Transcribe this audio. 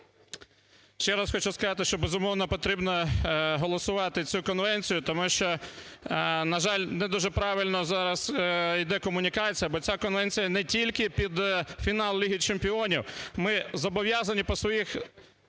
Ще раз хочу сказати, що, безумовно, потрібно голосувати цю конвенцію, тому що, на жаль, не дуже правильно зараз іде комунікація. Бо ця конвенція не тільки під фінал Ліги Чемпіонів. Ми зобов'язані по своїх